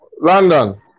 London